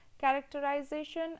characterization